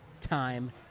time